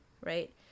right